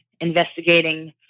investigating